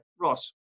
Ross